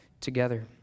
together